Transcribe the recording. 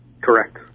Correct